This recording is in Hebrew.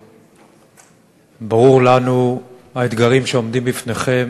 ברור לנו שהאתגרים שעומדים בפניכם